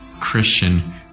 Christian